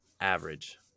average